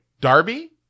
Darby